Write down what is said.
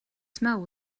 smell